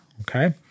Okay